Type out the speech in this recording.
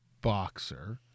boxer